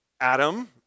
Adam